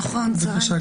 בבקשה גברתי.